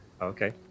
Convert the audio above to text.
Okay